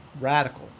radical